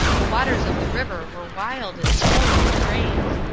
the waters of the river were wild and swollen with rains.